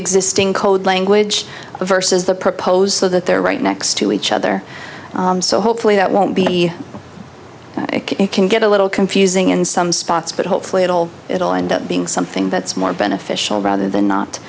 existing code language versus the proposed so that they're right next to each other so hopefully that won't be it can get a little confusing in some spots but hopefully it'll it'll end up being something that's more beneficial rather than not